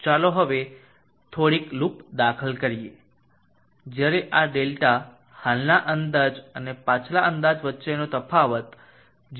ચાલો હવે થોડીક લૂપ દાખલ કરીએ જ્યારે આ ડેલ્ટા હાલના અંદાજ અને પાછલા અંદાજ વચ્ચેનો તફાવત 0